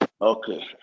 Okay